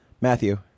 Matthew